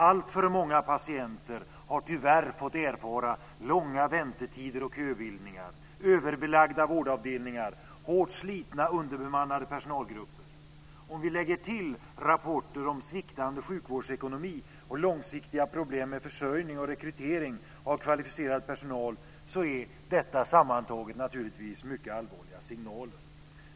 Alltför många patienter har tyvärr fått erfara långa väntetider och köbildningar, överbelagda vårdavdelningar och hårt slitna och underbemannade personalgrupper. Om vi lägger till rapporter om sviktande sjukvårdsekonomi och långsiktiga problem med försörjning och rekrytering av kvalificerad personal är detta sammantaget naturligtvis mycket allvarliga signaler.